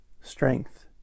strength